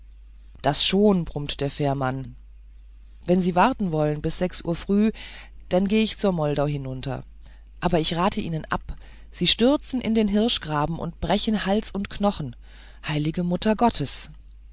das schon brummte der fährmann wenn sie warten wollen bis sechs uhr früh dann geh ich zur moldau hinunter aber ich rat ihnen ab sie stürzen in den hirschgraben und brechen hals und knochen heilige muttergottes